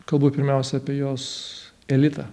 kalbu pirmiausia apie jos elitą